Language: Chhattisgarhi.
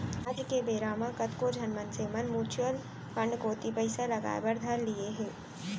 आज के बेरा म कतको झन मनसे मन म्युचुअल फंड कोती पइसा लगाय बर धर लिये हें